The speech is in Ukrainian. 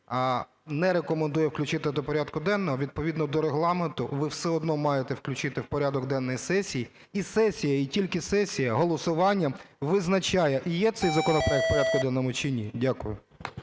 не рекомендує включити до порядку денного, відповідно до Регламент ви все одно маєте включити в порядок денний сесії, і сесія і тільки сесія голосуванням визначає: є цей проект в порядку денному чи ні. Дякую.